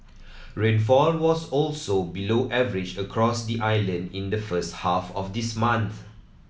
rainfall was also below average across the Island in the first half of this month